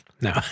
no